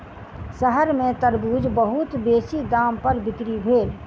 शहर में तरबूज बहुत बेसी दाम पर बिक्री भेल